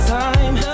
time